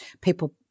people